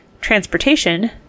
transportation